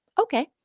okay